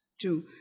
True